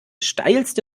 steilste